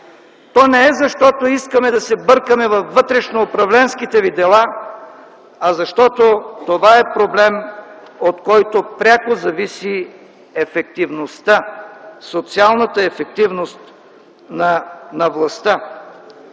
то не е защото искаме да се бъркаме във вътрешноуправленските ви дела, а защото това е проблем, от който пряко зависи ефективността – социалната ефективност на властта.